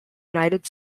united